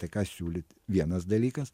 tai ką siūlyti vienas dalykas